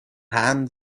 hand